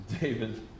David